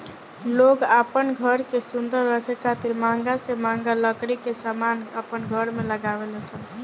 लोग आपन घर के सुंदर रखे खातिर महंगा से महंगा लकड़ी के समान अपन घर में लगावे लेन